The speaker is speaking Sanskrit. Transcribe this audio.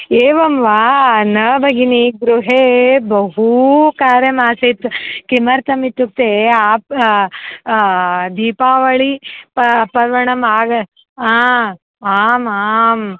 एवं वा न भगिनि गृहे बहु कार्यमासीत् किमर्थम् इत्युक्ते आप् दीपावळि प पर्वणः आगमनम् आम् आम्